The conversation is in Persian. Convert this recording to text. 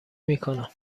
میکنم